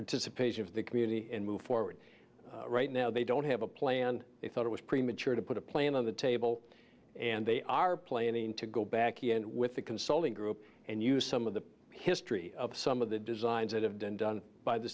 participation of the community and move forward right now they don't have a plan i thought it was premature to put a plan on the table and they are planning to go back in with the consulting group and use some of the history of some of the designs that have been done by the